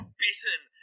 bitten